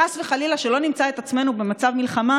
חס וחלילה שלא נמצא את עצמנו במצב מלחמה